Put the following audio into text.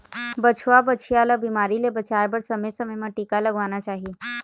बछवा, बछिया ल बिमारी ले बचाए बर समे समे म टीका लगवाना चाही